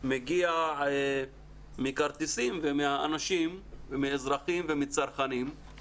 מגיע מכרטיסים ומאזרחים ומצרכנים,